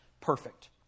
Perfect